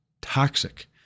toxic